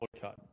cut